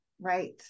Right